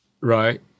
Right